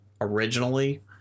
originally